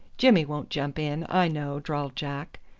jimmy won't jump in, i know, drawled jack.